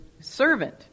servant